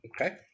Okay